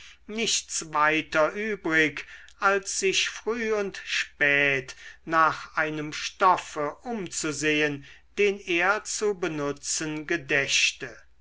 nichts weiter übrig als sich früh und spät nach einem stoffe umzusehen den er zu benutzen gedächte